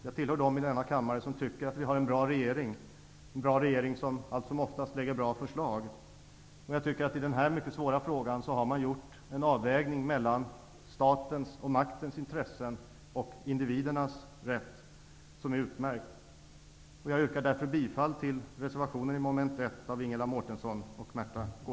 Jag tillhör dem i denna kammare som tycker att vi har en bra regering som alltsom oftast lägger fram bra förslag. I denna mycket svåra fråga har man gjort en utmärkt avvägning mellan statens och maktens intressen och individernas rätt. Jag yrkar därför bifall till reservationen beträffande mom. 1 av Ingela Mårtensson och Märtha